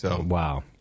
Wow